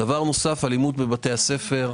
אלימות בבתי הספר,